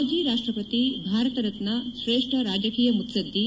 ಮಾಜಿ ರಾಷ್ವಪತಿ ಭಾರತರತ್ನ ಶ್ರೇಷ್ಠ ರಾಜಕೀಯ ಮುತ್ಪದ್ದಿ